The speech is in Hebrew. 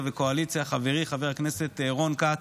וקואליציה: חברי חבר הכנסת רון כץ,